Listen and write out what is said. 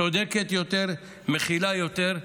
צודקת יותר, מכילה יותר,